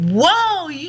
whoa